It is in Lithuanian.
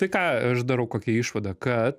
tai ką aš darau kokią išvadą kad